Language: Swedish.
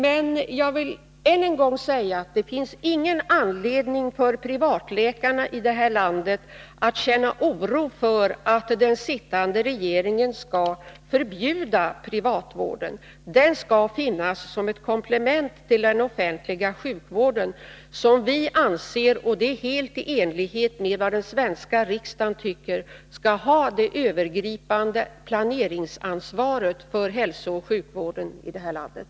Men jag vill än en gång säga att det inte finns någon anledning för privatläkarna i landet att känna oro för att den sittande regeringen skall förbjuda privatvården. Den skall finnas som ett komplement till den offentliga sjukvården, som vi anser — helt i enlighet med vad den svenska riksdagen tycker — skall ha det övergripande planeringsansvaret för hälsooch sjukvården här i landet.